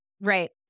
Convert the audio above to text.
Right